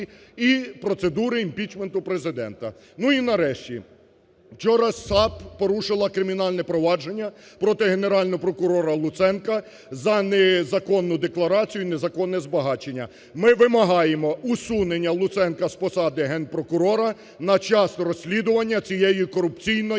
і процедури імпічменту Президента. І, нарешті, вчора САП порушила кримінальне провадження проти Генерального прокурора Луценка за незаконну декларацію, незаконне збагачення. Ми вимагаємо усунення Луценка з посади Генпрокурора на час розслідування цієї корупційної